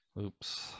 Oops